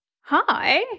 hi